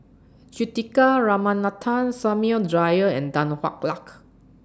Juthika Ramanathan Samuel Dyer and Tan Hwa Luck